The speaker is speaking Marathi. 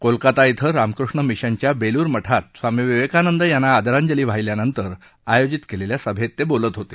कोलकाता इथं रामकृष्ण मिशनच्या बेलूर मठात स्वामी विवेकानंद यांना आदरांजली वाहिल्यानंतर आयोजित सभेत ते बोलत होते